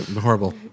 Horrible